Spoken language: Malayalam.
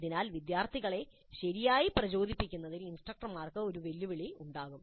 അതിനാൽ വിദ്യാർത്ഥികളെ ശരിയായി പ്രചോദിപ്പിക്കുന്നതിൽ ഇൻസ്ട്രക്ടർമാർക്ക് ഒരു വെല്ലുവിളി ഉണ്ടാകും